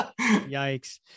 yikes